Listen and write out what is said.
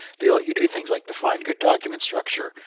they let you do things like define good document structure.